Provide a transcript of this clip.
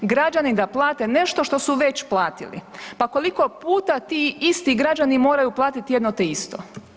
Građani da plate nešto što su već platili, pa koliko puta ti isti građani moraju platiti jedno te isto?